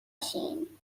باشین